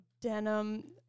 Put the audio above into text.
denim